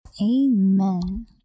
Amen